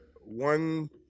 one